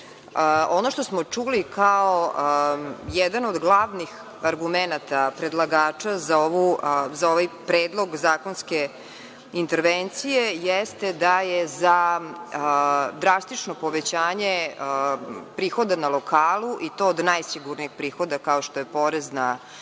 ono što smo čuli kao jedan od glavnih argumenata predlagača za ovaj predlog zakonske intervencije jeste da je za drastično povećanje prihoda na lokalu i to od najsigurnijeg prihoda kao što je porez na zarade,